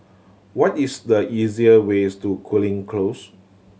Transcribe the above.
what is the easier ways to Cooling Close